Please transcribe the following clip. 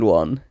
one